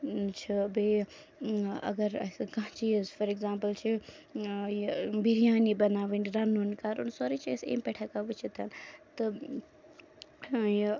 چھِ بیٚیہِ اگر اَسہِ کانٛہہ چیٖز فار ایگزامپٕل چھِ یہِ بِریانی بَناوٕنۍ رَنُن کَرُن سورُے چھِ أسۍ امہِ پٮ۪ٹھ ہٮ۪کان وٕچھِتھ تہٕ یہِ